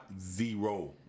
zero